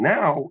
Now